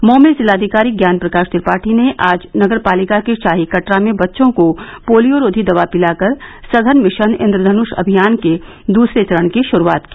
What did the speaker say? मऊ में जिलाधिकारी ज्ञान प्रकाश त्रिपाठी ने आज नगर पालिका के शाही कटरा में बच्चों को पोलियो रोधी दवा पिलाकर सघन मिशन इंद्रधनुष अभियान के दुसरे चरण की शुरूआत की